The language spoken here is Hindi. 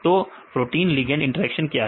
तो प्रोटीन लिगेंड इंटरेक्शन क्या है